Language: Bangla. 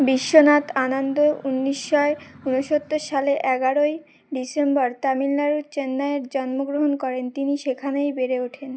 বিশ্বনাথ আনন্দ উন্নিশশো উনসত্তর সালে এগারোই ডিসেম্বর তামিলনাড়ুর চেন্নাইয়ের জন্মগ্রহণ করেন তিনি সেখানেই বেড়ে ওঠেন